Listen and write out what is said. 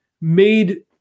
made